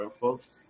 folks